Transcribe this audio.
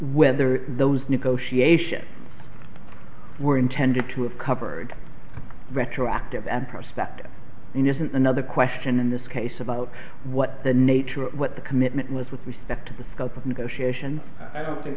whether those negotiations were intended to have covered retroactive and prospect innocent another question in this case about what the nature of what the commitment was with respect to the scope of negotiation i don't think